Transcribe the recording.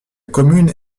commune